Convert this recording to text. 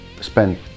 spend